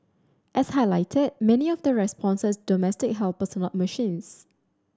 as highlighted many of the responses domestic helpers not machines